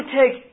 take